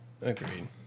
Agreed